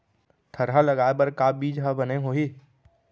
थरहा लगाए बर का बीज हा बने होही?